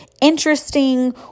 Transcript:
interesting